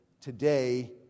today